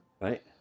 Right